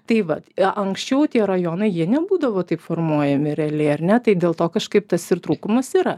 tai vat anksčiau tie rajonai jie nebūdavo taip formuojami realiai ar ne tai dėl to kažkaip tas ir trūkumas yra